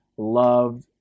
love